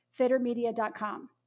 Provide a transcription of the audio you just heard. Fittermedia.com